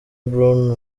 brown